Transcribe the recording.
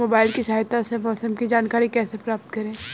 Mobile की सहायता से मौसम की जानकारी कैसे प्राप्त करें?